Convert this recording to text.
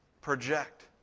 project